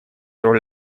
роль